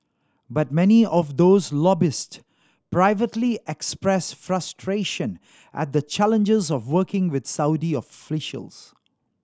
but many of those lobbyist privately express frustration at the challenges of working with Saudi officials